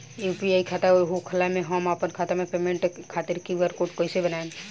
UPI खाता होखला मे हम आपन खाता मे पेमेंट लेवे खातिर क्यू.आर कोड कइसे बनाएम?